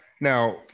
Now